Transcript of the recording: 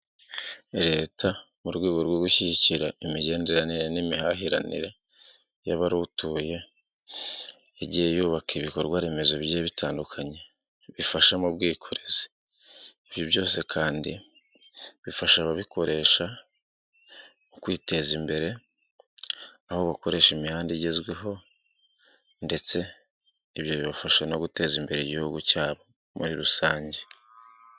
Leta mu rwego rwo gushyigikira imigenderanire n'imihahiranire y'abaruwutuye yagiye yubaka ibikorwa remezo bi bitandukanye, bifasha mu bwikorezi. Ibi byose kandi bifasha ababikoresha mu kwiteza imbere aho bakoresha imihanda igezweho ndetse ibyo bibafasha no guteza imbere igihugu cyabo muri rusange.